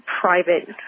private